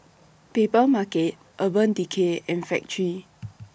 Papermarket Urban Decay and Factorie